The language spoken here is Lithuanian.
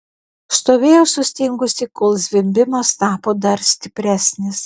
stovėjau sustingusi kol zvimbimas tapo dar stipresnis